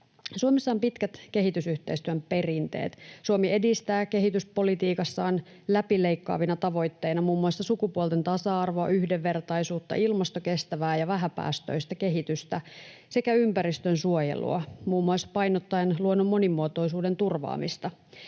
Suomessa on pitkät kehitysyhteistyön perinteet. Suomi edistää kehityspolitiikassaan läpileikkaavina tavoitteina muun muassa sukupuolten tasa-arvoa, yhdenvertaisuutta, ilmastokestävää ja vähäpäästöistä kehitystä sekä ympäristönsuojelua, muun muassa painottaen luonnon monimuotoisuuden turvaamista.